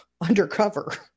undercover